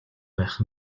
байх